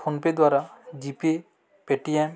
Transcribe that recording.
PhonePe ଦ୍ଵାରା GPay Paytm